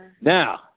now